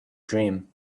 dream